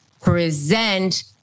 present